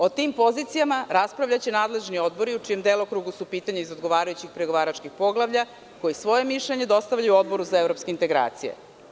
O tim pozicijama raspravljaće nadležni odbori u čijem delokrugu su pitanja iz odgovarajućih pregovaračkih poglavlja koji svoje mišljenje dostavljaju Odboru za evropske integracije.